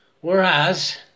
Whereas